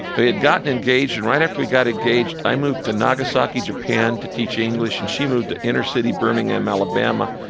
we had gotten engaged. and right after we got engaged, i moved to nagasaki, japan, to teach english. and she moved to inner-city birmingham, alabama,